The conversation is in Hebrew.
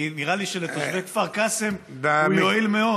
כי נראה לי שלתושבי כפר קאסם הוא יועיל מאוד.